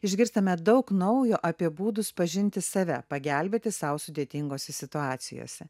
išgirstame daug naujo apie būdus pažinti save pagelbėti sau sudėtingose situacijose